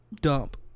dump